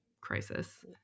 crisis